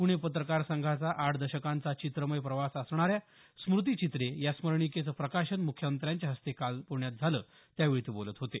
पुणे पत्रकार संघाचा आठ दशकांचा चित्रमय प्रवास असणाऱ्या स्मृतिचित्रे या स्मरणिकेचं प्रकाशन मुख्यमंत्र्यांच्या हस्ते काल प्ण्यात झालं त्यावेळी ते बोलत होते